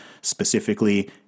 specifically